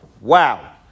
Wow